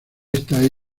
esta